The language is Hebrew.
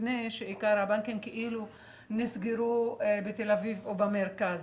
עיקר הבנקים נסגרו בתל אביב או במרכז,